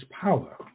power